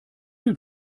denn